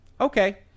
Okay